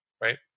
right